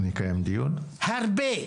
הרבה.